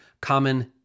Common